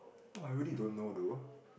oh I really don't know though